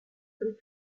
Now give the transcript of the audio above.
zum